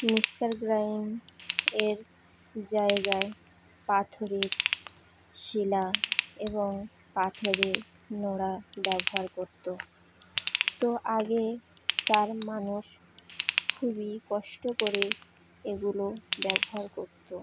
mixer গ্রাইন্ডারের জায়গায় পাথরের শিলা এবং পাথরের নোড়া ব্যবহার করতো তো আগেকার মানুষ খুবই কষ্ট করে এগুলো ব্যবহার করতো